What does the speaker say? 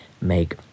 make